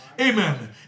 Amen